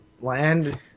land